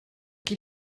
qui